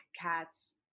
Cats